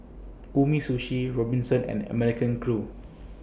Umisushi Robinsons and American Crew